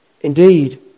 Indeed